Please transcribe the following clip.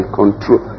control